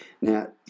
Now